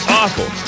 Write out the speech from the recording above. awful